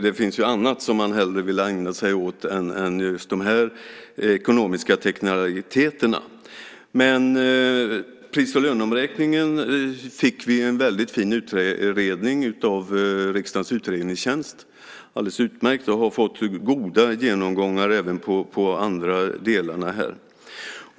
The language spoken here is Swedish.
Det finns ju annat som man hellre vill ägna sig åt än just de här ekonomiska teknikaliteterna. När det gäller pris och löneomräkningen fick vi dock en väldigt fin utredning av riksdagens utredningstjänst - alldeles utmärkt. Vi har fått goda genomgångar även på de andra delarna här.